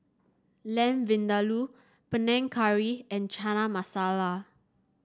Lamb Vindaloo Panang Curry and Chana Masala